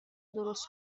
درست